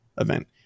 event